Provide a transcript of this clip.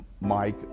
Mike